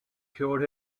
cured